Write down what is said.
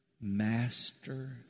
master